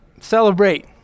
Celebrate